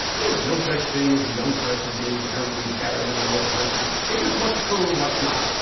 there's no such thing as a young person being inherently better than an old person it's just what's true and what's not.